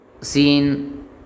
seen